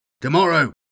Tomorrow